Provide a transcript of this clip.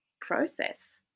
process